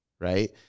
Right